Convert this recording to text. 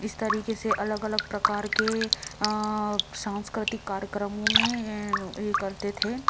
इस तरीके से अलग अलग प्रकार के सांस्कृतिक कार्यक्रमों में ये करते थे